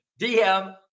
DM